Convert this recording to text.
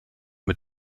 mit